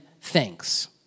thanks